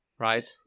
right